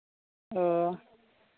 ᱚ